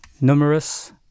numerous